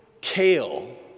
kale